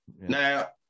Now